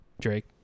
Drake